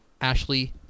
Ashley